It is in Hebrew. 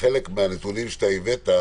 כחלק מן הנתונים שהבאת,